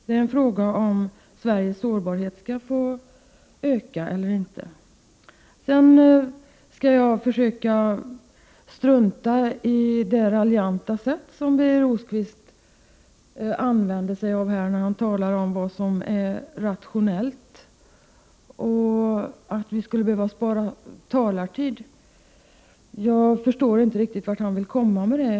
Det är en fråga om Sveriges sårbarhet skall få öka eller inte. Sedan skall jag försöka strunta i det raljanta sätt som Birger Rosqvist Prot. 1988/89:35 använde sig av här när han talade om vad som är rationellt och att vi skulle 30 november 1988 behöva spara talartid. Jag förstår inte riktigt vart han ville komma med det.